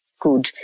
good